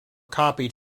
copied